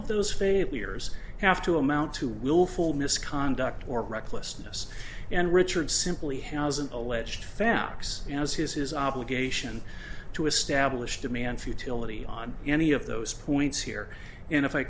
of those failures have to amount to willful misconduct or recklessness and richard simply hasn't alleged facts as his his obligation to establish demand futility on any of those points here and if i